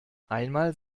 einmal